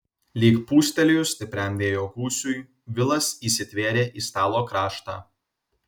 lyg pūstelėjus stipriam vėjo gūsiui vilas įsitvėrė į stalo kraštą